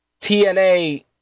TNA